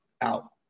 out